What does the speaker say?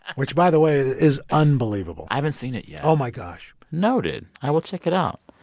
which, by the way, is unbelievable i haven't seen it yet oh, my gosh noted. i will check it out.